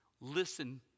listen